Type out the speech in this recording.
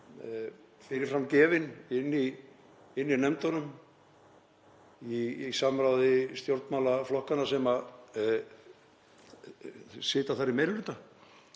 fyrirframgefin inni í nefndunum í samráði stjórnmálaflokkanna sem sitja þar í meiri hluta.